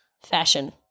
Fashion